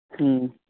ᱦᱮᱸ